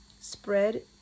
spread